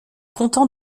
canton